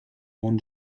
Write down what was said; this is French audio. monde